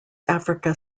africa